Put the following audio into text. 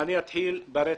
אני אתחיל ברצח.